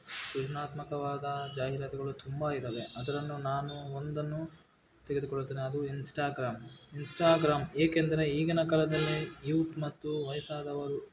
ಸೃಜನಾತ್ಮಕವಾದ ಜಾಹೀರಾತುಗಳು ತುಂಬ ಇದ್ದಾವೆ ಅದರಲ್ಲೂ ನಾನು ಒಂದನ್ನು ತೆಗೆದುಕೊಳ್ಳುತ್ತೇನೆ ಅದು ಇನ್ಸ್ಟಾಗ್ರಾಮ್ ಇನ್ಸ್ಟಾಗ್ರಾಮ್ ಏಕೆಂದರೆ ಈಗಿನ ಕಾಲದಲ್ಲಿ ಯೂಥ್ ಮತ್ತು ವಯಸ್ಸಾದವರು